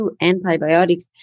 antibiotics